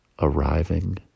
arriving